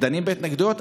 דנים בהתנגדויות,